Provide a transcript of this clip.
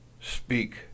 speak